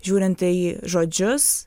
žiūrint į žodžius